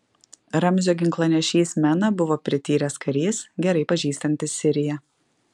ramzio ginklanešys mena buvo prityręs karys gerai pažįstantis siriją